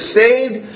saved